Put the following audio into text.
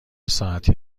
ساعتی